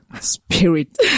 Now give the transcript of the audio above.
spirit